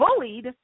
bullied